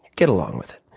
get along with it.